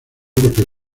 porque